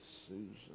Susan